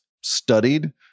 studied